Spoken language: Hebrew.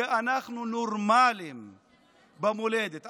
כי אנחנו נורמליים במולדת.